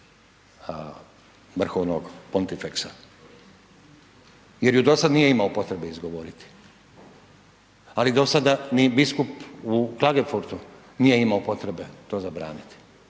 vrhovnog potifeksa, jer ju do sada nije imao potrebe izgovoriti. Ali dosada ni biskup u Klagenfurtu nije imao potrebe to zabraniti,